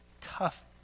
tough